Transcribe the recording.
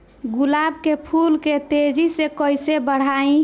गुलाब के फूल के तेजी से कइसे बढ़ाई?